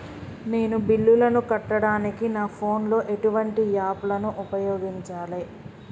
నేను బిల్లులను కట్టడానికి నా ఫోన్ లో ఎటువంటి యాప్ లను ఉపయోగించాలే?